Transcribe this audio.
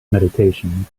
meditation